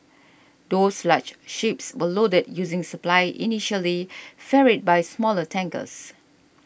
those large ships were loaded using supply initially ferried by smaller tankers